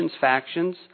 factions